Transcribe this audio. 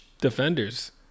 defenders